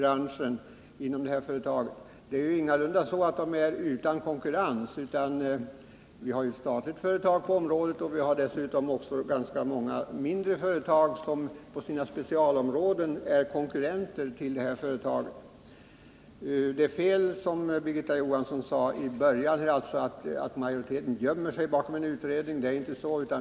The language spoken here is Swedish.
Esselte är ingalunda utan konkurrens; det finns ett statligt företag på området, och dessutom finns det många mindre företag som på sina specialområden är konkurrenter till Esselte. Det är fel som Birgitta Johansson sade i början, att majoriteten gömmer sig bakom en utredning.